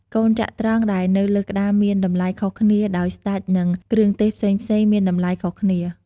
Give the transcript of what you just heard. កូនចត្រង្គដែលនៅលើក្ដារមានតម្លៃខុសគ្នា ដោយស្ដេច និងគ្រឿងទេសផ្សេងៗមានតម្លៃខុសគ្នា។